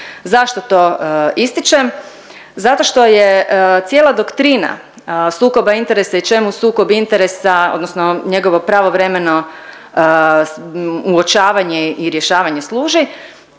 Zašto to ističem? Zato što je cijela doktrina sukoba interesa i čemu sukob interesa odnosno njegovo pravovremeno uočavanje i rješavanje služi